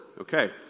Okay